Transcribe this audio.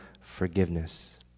forgiveness